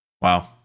wow